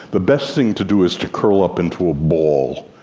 the best thing to do is to curl up into a ball